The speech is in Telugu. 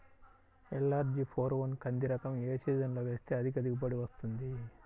ఎల్.అర్.జి ఫోర్ వన్ కంది రకం ఏ సీజన్లో వేస్తె అధిక దిగుబడి వస్తుంది?